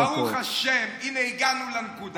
אה, ברוך השם, הינה הגענו לנקודה.